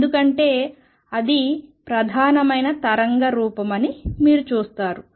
ఎందుకంటే అది ప్రధానమైన తరంగ రూపమని మీరు చూస్తారు